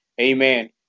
amen